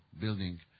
building